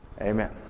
Amen